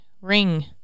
ring